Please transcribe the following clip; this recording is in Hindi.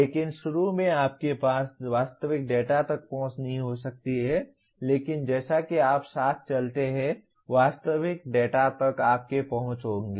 लेकिन शुरू में आपके पास वास्तविक डेटा तक पहुंच नहीं हो सकती है लेकिन जैसा कि आप साथ चलते हैं वास्तविक डेटा तक आपकी पहुंच होगी